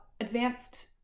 advanced